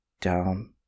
down